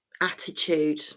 attitude